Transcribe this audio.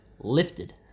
lifted